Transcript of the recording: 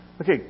Okay